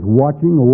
watching